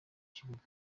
kibuga